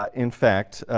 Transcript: ah in fact,